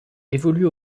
évolue